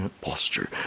posture